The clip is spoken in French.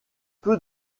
peu